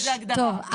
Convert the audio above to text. טוב,